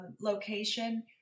location